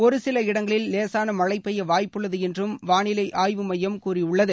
ஒருசில இடங்களில் லேசான மழை பெய்ய வாய்ப்புள்ளது என்றும் வானிலை அய்வுமையம் கூறியுள்ளது